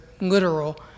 literal